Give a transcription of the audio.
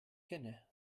kenne